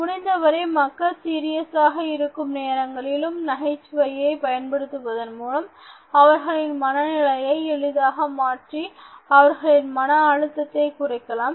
முடிந்தவரை மக்கள் சீரியஸாக இருக்கும் நேரங்களிலும் நகைச்சுவையைப் பயன்படுத்துவதன் மூலம் அவர்களின் மனநிலையை எளிதாக மாற்றி அவர்களின் மன அழுத்தத்தை குறைக்கலாம்